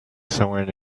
somewhere